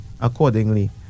accordingly